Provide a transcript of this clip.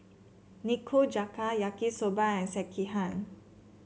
Nikujaga Yaki Soba and Sekihan